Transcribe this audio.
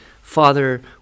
father